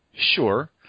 Sure